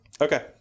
okay